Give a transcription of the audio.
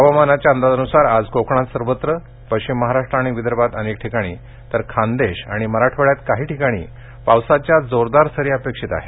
हवामानाच्या अंदाजानुसार आज कोकणात सर्वत्र पश्चिम महाराष्ट आणि विदर्भात अनेक ठिकाणी तर खानदेश आणि मराठवाड्यात काही ठिकाणी पावसाच्या जोरदार सरी अपेक्षित आहेत